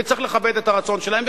וצריך לכבד את הרצון שלהם,